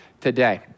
today